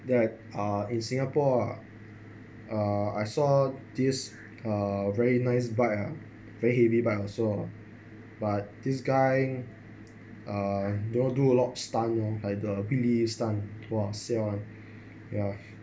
that uh in singapore ah uh I saw this uh very nice bike ah very heavy bike also but this guy uh know do a lot of stunt like the stunt !wah! siao [one] ya